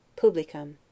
Publicum